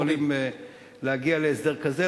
יכולים להגיע להסדר כזה,